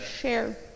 share